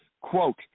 quote